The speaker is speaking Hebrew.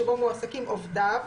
שבו מועסקים עובדיו".